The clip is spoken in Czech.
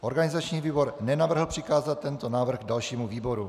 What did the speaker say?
Organizační výbor nenavrhl přikázat tento návrh dalšímu výboru.